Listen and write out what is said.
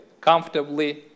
comfortably